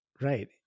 right